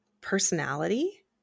personality